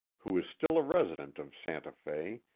who is still a resident of santa fe,